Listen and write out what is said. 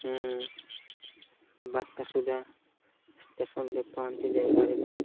ମୁଁ ବାରଟା ସୁଦ୍ଧା ଷ୍ଟେସନରେ ପହଞ୍ଚି ଯାଇପାରିବି